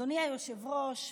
אדוני היושב-ראש,